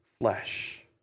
flesh